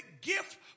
gift